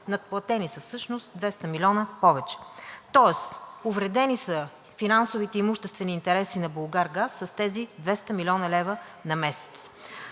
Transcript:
Надплатени са всъщност 200 милиона повече. Тоест увредени са финансовите и имуществените интереси на „Булгаргаз“ с тези 200 млн. лв. на месец.